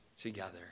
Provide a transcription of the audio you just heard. together